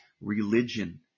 religion